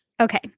Okay